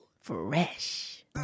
Fresh